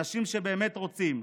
אנשים שבאמת רוצים,